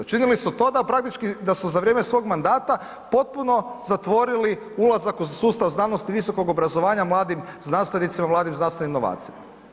Učinili su to da praktički da su za vrijeme svog mandata potpuno zatvorili ulazak u sustav znanosti i visokog obrazovanja mladim znanstvenicima, mladim znanstvenim novacima.